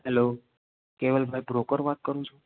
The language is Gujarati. હેલો કેવલભાઈ બ્રોકર વાત કરો છો